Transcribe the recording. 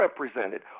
represented